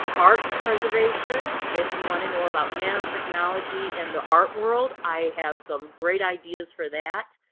art preservation. if you want to know about nanotechnology in the art world, i have some great ideas for that.